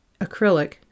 acrylic